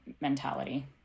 mentality